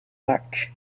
mack